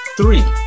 Three